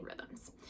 rhythms